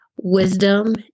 Wisdom